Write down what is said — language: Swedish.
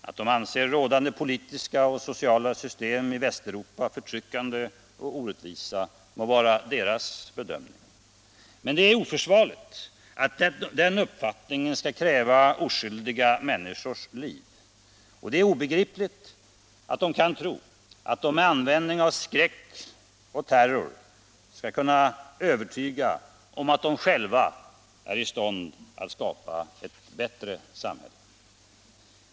Att de anser rådande politiska och sociala system i Västeuropa förtryckande och orättvisa må vara deras bedömning, men det är oförsvarligt att den uppfattningen skall kräva oskyldiga människors liv, och det är obegripligt att de kan tro att de med användning av skräck och terror skall kunna övertyga om att de själva är i stånd att skapa ett bättre samhälle.